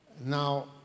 Now